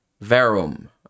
Verum